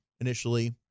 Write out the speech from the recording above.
initially